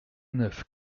neuf